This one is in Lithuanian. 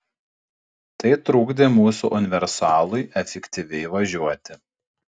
tai trukdė mūsų universalui efektyviai važiuoti